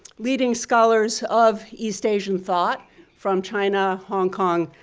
leading scholars of east asian thought from china, hong kong,